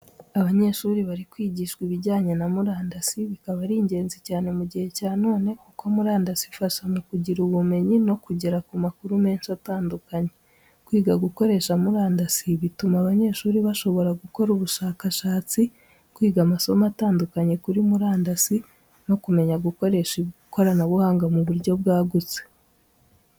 Abanyeshuri bari kwigishwa ibijyanye na murandasi, bikaba ari ingenzi cyane mu gihe cya none kuko murandasi ifasha mu kugira ubumenyi no kugera ku makuru menshi atandukanye. Kwiga gukoresha murandasi bituma abanyeshuri bashobora gukora ubushakashatsi, kwiga amasomo atandukanye kuri murandasii, no kumenya gukoresha ikoranabuhanga mu buryo bwagutse.